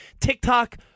TikTok